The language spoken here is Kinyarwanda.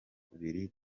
mubiri